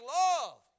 love